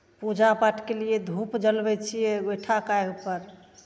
पूजा पाठके लिए धूप जलबै छियै गोइठाके आगिपर